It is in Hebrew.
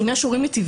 אם יש הורים מיטיבים,